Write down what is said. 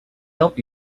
help